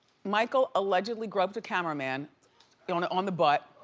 michael allegedly groped a cameraman you know and on the butt